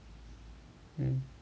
mm